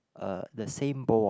a the same bowl